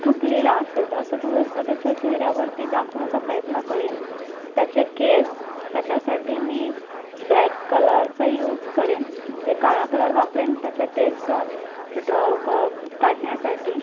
थकलेला असेल तर असं थोडंसं त्याच्या चेहऱ्यावरती दाखवण्याचा प्रयत्न करेन त्याचे केस त्याच्यासाठी मी ब्लॅक कलरचा यूज करेन म्हणजे काळा कलर वापरेन त्याचे केस ड्रॉ काढण्यासाठी